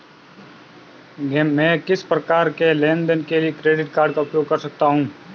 मैं किस प्रकार के लेनदेन के लिए क्रेडिट कार्ड का उपयोग कर सकता हूं?